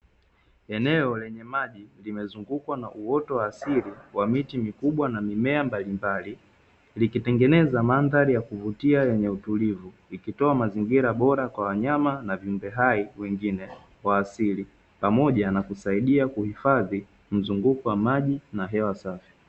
Eneo lenye maji limezungukwa na uoto wa asili wa miti mikubwa na mimea mbalimbali, likitengeneza mandhari ya kuvutia yenye utulivu, likitoa mazingira bora kwa wanyama na viumbe hai wengine wa asili; pamoja na kusaidia kuhifadhi mzunguko wa maji na hewa safi.